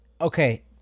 Okay